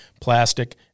plastic